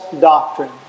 doctrine